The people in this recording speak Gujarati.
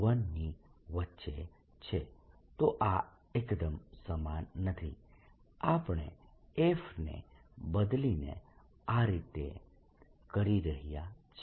તો આ એકદમ સમાન નથી આપણે f ને બદલીને આ રીતે કરી રહ્યા છીએ